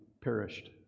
perished